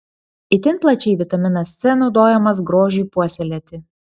itin plačiai vitaminas c naudojamas grožiui puoselėti